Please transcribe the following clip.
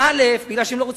אין בעיה.